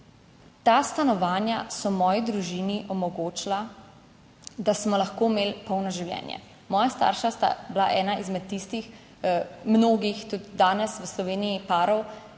ta stanovanja so moji družini omogočila, da smo lahko imeli polno življenje. Moja starša sta bila ena izmed tistih mnogih, tudi danes v Sloveniji, parov,